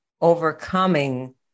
overcoming